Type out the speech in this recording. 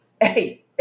Hey